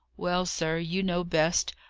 well, sir, you know best.